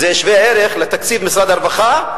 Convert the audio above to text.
זה שווה ערך לתקציב משרד הרווחה,